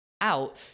out